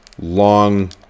long